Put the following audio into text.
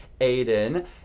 aiden